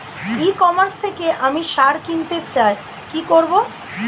ই commerce থেকে আমি সার কিনতে চাই কি করব?